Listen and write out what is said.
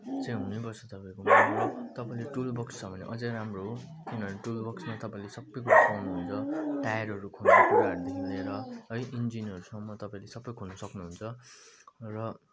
चाहिँ हुनैपर्छ तपाईँकोमा तपाईँले टुल बक्स छ भने अझै राम्रो हो किनभने टुल बक्समा तपाईँले सबै कुराहरू पाउनुहुन्छ टायरहरू खोल्ने कुराहरूदेखि लिएर है इन्जिनहरूसम्म तपाईँले सबै खोल्नु सक्नुहुन्छ र